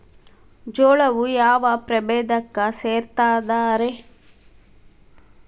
ಜೋಳವು ಯಾವ ಪ್ರಭೇದಕ್ಕ ಸೇರ್ತದ ರೇ?